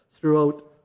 throughout